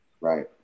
right